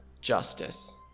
justice